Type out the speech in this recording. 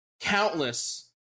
countless